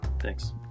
Thanks